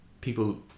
people